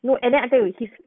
no and then after we see